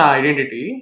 identity